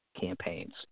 campaigns